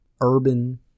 urban